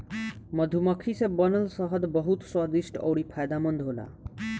मधुमक्खी से बनल शहद बहुत स्वादिष्ट अउरी फायदामंद होला